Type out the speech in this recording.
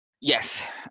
yes